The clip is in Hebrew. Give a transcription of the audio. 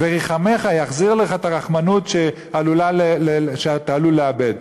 "ורִחמך" יחזיר לך את הרחמנות שאתה עלול לאבד.